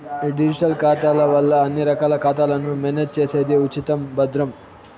ఈ డిజిటల్ ఖాతాల వల్ల అన్ని రకాల ఖాతాలను మేనేజ్ చేసేది ఉచితం, భద్రం